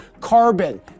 Carbon